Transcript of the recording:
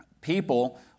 People